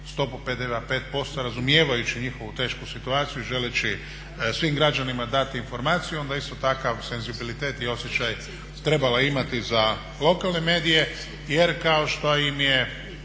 PDV-a 5% razumijevajući njihovu tešku situaciju i želeći svim građanima dati informaciju onda isto takav senzibilitet i osjećaj je trebala imati za lokalne medije jer kao što im je